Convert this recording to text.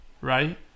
right